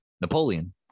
Napoleon